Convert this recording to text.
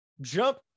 jump